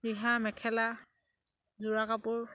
ৰিহা মেখেলা যোৰা কাপোৰ